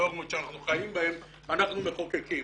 בנורמות שאנחנו חיים בהם אנחנו מחוקקים.